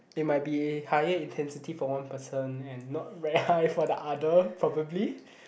it might be higher intensity for one person and not very high for the other probably